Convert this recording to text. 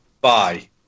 Bye